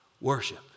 Worship